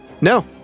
No